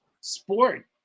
sport